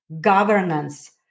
governance